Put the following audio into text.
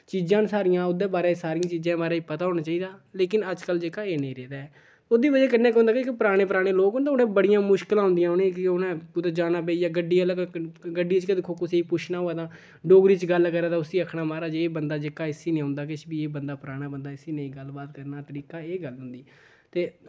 चीजां न सारियां ओह्दे बारे च सरियां चीजें बारे च पता होना चाहिदा लेकिन अज्जकल जेह्का एह् नेईं रेह्दा ऐ ओह्दी बजह कन्नै केह् होंदा के पराने पराने लोक ते उ'नें बड़ियां मुश्किलां औंदियां न उ'नेंगी उ'नें कुतै जाना पेई गेआ गड्डी आह्ला गड्डी च गै दिक्खो कुसै गी पुच्छना होऐ तां डोगरी च गल्ल करै तां उसी अक्खना महाराज एह् बंदा जेह्का इसी नी औंदा किश बी एह् बंदा पराना बंदा इसी नेईं गल्लबात करने दा तरीका एह् गल्ल होंदी ते